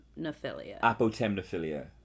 Apotemnophilia